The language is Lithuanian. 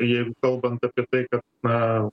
jeigu kalbant apie tai kad na